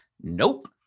Nope